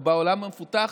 או בעולם המפותח,